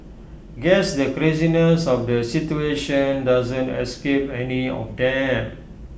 guess the craziness of the situation doesn't escape any of them